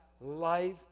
life